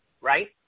right